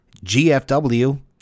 GFW